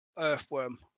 Earthworm